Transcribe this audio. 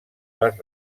les